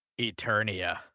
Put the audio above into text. Eternia